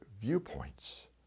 viewpoints